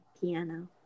piano